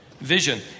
vision